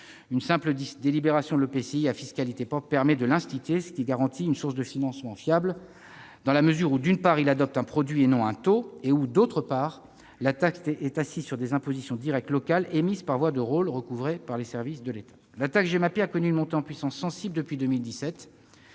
Une simple délibération de l'EPCI à fiscalité propre permet d'instituer la taxe, qui lui garantit une source de financement fiable dans la mesure où, d'une part, il adopte un produit et non un taux et où, d'autre part, la taxe est assise sur des impositions directes locales émises par voie de rôles et recouvrées par les services de l'État. La taxe Gemapi a connu une montée en puissance sensible depuis 2017.